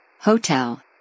Hotel